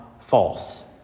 False